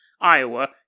Iowa